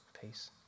peace